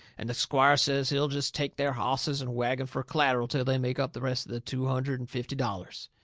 and the squire says he'll jest take their hosses and wagon fur c'latteral till they make up the rest of the two hundred and fifty dollars.